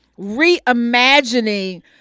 reimagining